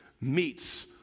meets